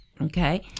Okay